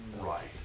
right